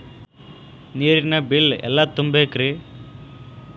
ನೇರಿನ ಬಿಲ್ ಎಲ್ಲ ತುಂಬೇಕ್ರಿ?